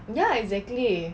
ya exactly